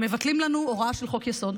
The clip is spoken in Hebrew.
מבטלים לנו הוראה של חוק-יסוד.